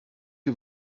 que